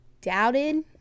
doubted